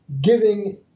giving